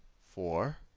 four.